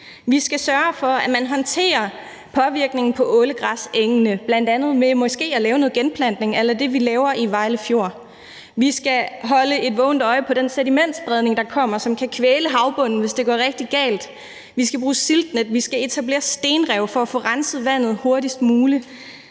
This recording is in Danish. Vi skal sørge for, at man håndterer påvirkningen på ålegræsengene, bl.a. ved måske at lave noget genplantning a la det, vi laver i Vejle Fjord. Vi skal holde et vågent øje med den sedimentspredning, der kommer, og som kan kvæle havbunden, hvis det går rigtig galt. Vi skal bruge siltnet, og vi skal etablere stenrev for at få renset vandet hurtigst muligt.